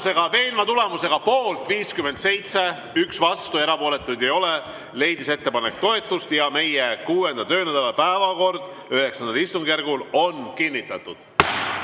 Veenva tulemusega poolt 57, vastu 1 ja erapooletuid ei ole, leidis ettepanek toetust. Ja meie 6. töönädala päevakord IX istungjärgul on kinnitatud.